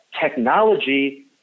technology